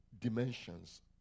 dimensions